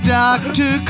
doctor